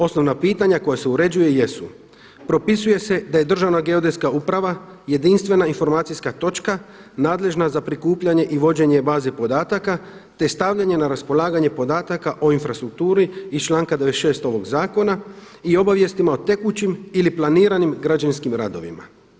Osnovna pitanja koja se uređuju jesu: propisuje se da je Državna geodetska uprava jedinstvena informacijska točka nadležna za prikupljanje i vođenje baze podataka, te stavljanje na raspolaganje podataka o infrastrukturi iz članka 96. ovog Zakona i obavijestima o tekućim ili planiranim građevinskim radovima.